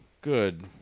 Good